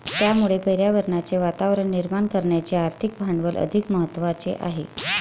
त्यामुळे पर्यावरणाचे वातावरण निर्माण करण्याचे आर्थिक भांडवल अधिक महत्त्वाचे आहे